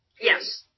Yes